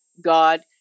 God